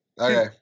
Okay